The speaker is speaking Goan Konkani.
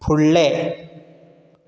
फुळ्ळें